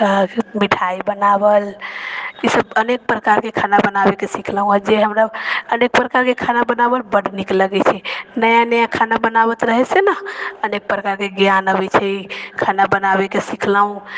अहाँके मिठाइ बनावल ईसब अनेक प्रकारके खाना बनाबैके सिखलहुँ हँ जे हमरा अनेक प्रकारके खाना बनावल बड नीक लगै छै नया नया खाना बनावत रहैसँ ने अनेक प्रकारके ज्ञान अबै छै खाना बनाबैके सिखलहुँ हँ